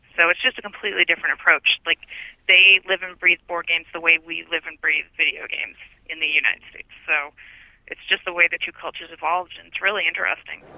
so it's just a completely different approach. like they live and breathe board games the way we live and breathe videogames in the united states. so it's just the way the two cultures evolved, and it's really interesting.